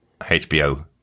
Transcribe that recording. HBO